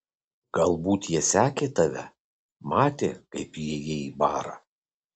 galbūt jis sekė tave matė kaip įėjai į barą